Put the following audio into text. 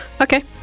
Okay